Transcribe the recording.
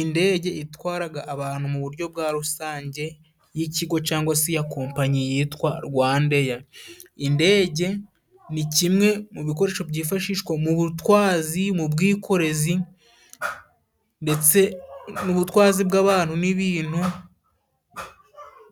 Indege itwaraga abantu mu buryo bwa rusange, y'ikigo cangwa si ya kompanyi yitwa Rwandair. Indege ni kimwe mu bikoresho byifashishwa mu butwazi mu bwikorezi, ndetse n'ubutwazi bw'abantu n'ibintu,